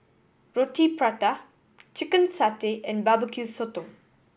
Roti Prata chicken satay and bbq sotong